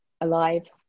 alive